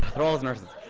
they're always nurses.